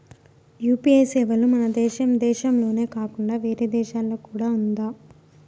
UPI సేవలు మన దేశం దేశంలోనే కాకుండా వేరే దేశాల్లో కూడా ఉందా?